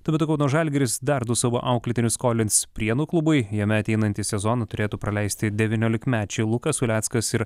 tuo metu kauno žalgiris dar du savo auklėtinius skolins prienų klubui jame ateinantį sezoną turėtų praleisti devyniolikmečiai lukas uleckas ir